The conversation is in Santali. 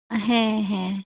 ᱦᱮᱸ ᱦᱮᱸ